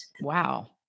Wow